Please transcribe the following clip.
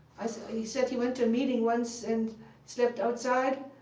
he said he went to a meeting once and slept outside,